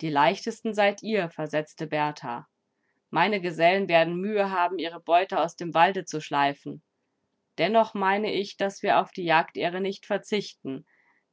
die leichtesten seid ihr versetzte berthar meine gesellen werden mühe haben ihre beute aus dem walde zu schleifen dennoch meine ich daß wir auf die jagdehre nicht verzichten